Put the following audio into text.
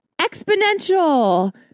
exponential